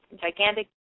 gigantic